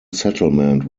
settlement